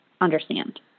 understand